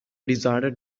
decided